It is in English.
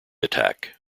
attack